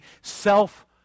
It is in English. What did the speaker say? self